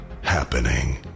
happening